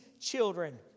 children